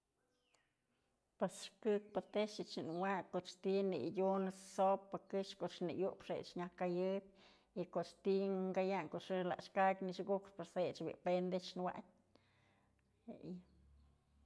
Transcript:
Pues këkpë tex yë ëch yë wayn koch ti'i në'adyunë sopa këxë koch në i'upë jech nyaj kayëp y koch ti'i kayanyë, ko'o xëjk lax kakyë nëxëkukë pues jech bi'i pen tex dun wayn jeyë.